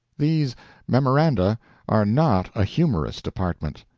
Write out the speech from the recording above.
these memoranda are not a humorous department.